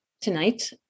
tonight